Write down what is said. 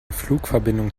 flugverbindung